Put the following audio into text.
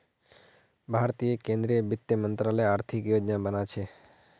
भारतीय केंद्रीय वित्त मंत्रालय आर्थिक योजना बना छे